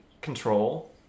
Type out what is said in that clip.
Control